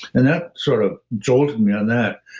and that sort of jolted me on that.